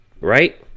right